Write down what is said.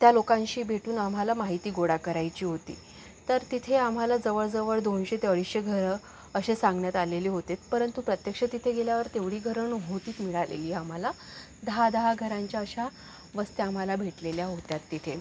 त्या लोकांशी भेटून आम्हाला माहिती गोळा करायची होती तर तिथे आम्हाला जवळजवळ दोनशे ते अडीचशे घरं असे सांगण्यात आलेले होते परंतु प्रत्यक्ष तिथे गेल्यावर तेवढी घरं नव्हती मिळालेली आम्हाला दहा दहा घरांच्या अशा वस्त्या आम्हाला भेटलेल्या होत्या तेथे